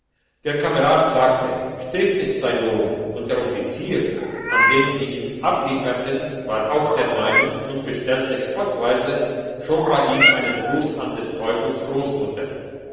der kamerad sagte strick ist sein lohn und der offizier an den sie ihn ablieferten war auch der meinung und bestellte spottweise schon bei ihm einen gruss an des teufels grossmutter